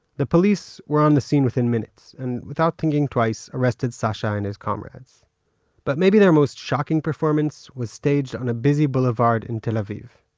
the police were on the scene within minutes, and without thinking twice, arrested sasha and his comrades but their most shocking performance was staged on a busy boulevard in tel aviv.